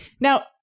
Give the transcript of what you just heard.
Now